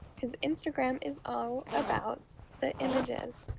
cause instagram is all about the images.